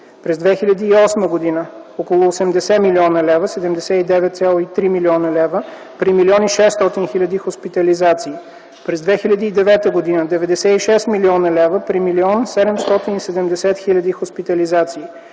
През 2008 г. – около 80 млн. лв. (79,3 млн. лв.) при 1 600 000 хоспитализации. През 2009 г. – 96 млн. лв. при 1 770 000 хоспитализации.